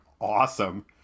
awesome